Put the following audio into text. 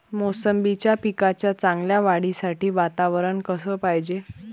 मोसंबीच्या पिकाच्या चांगल्या वाढीसाठी वातावरन कस पायजे?